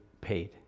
paid